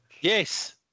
yes